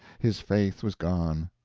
his faith was gone.